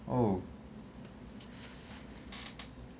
oh